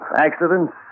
Accidents